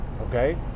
okay